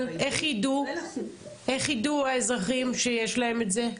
איך ידעו האזרחים שיש להם את זה?